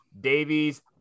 Davies